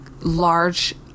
large